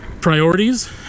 Priorities